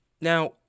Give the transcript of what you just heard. Now